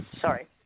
Sorry